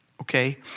okay